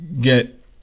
Get